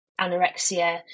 anorexia